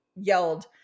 yelled